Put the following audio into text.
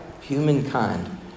Humankind